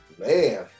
man